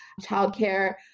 childcare